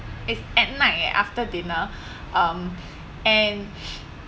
it's at night eh after dinner um and